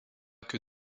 que